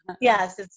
Yes